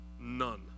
none